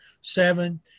seven